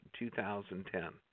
2010